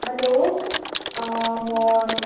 hello म